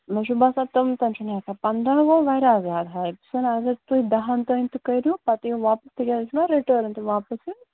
مےٚ چھُ باسان تِم تہِ چھِنہٕ ہٮ۪کان پنٛداہ گوٚو واریاہ زیادٕ ہَے بہٕ چھِس وَنان اَگر تُہۍ دَہَن تام تہِ کٔرۍہوٗ پَتہٕ یِیِو واپَس تِکیٛازِ تۅہہِ چھُو نا رِٹٲرٕن تہٕ واپَس یُن